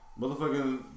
motherfucking